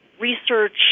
research